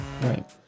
right